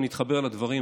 ואני אתחבר לדברים,